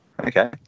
Okay